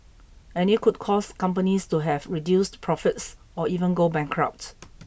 and it could cause companies to have reduced profits or even go bankrupt